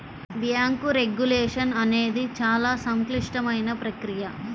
bank regulation అనేది చాలా సంక్లిష్టమైన ప్రక్రియ